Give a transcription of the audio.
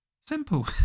Simple